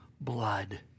blood